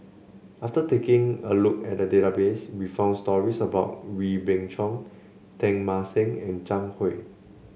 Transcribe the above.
after taking a look at the database we found stories about Wee Beng Chong Teng Mah Seng and Zhang Hui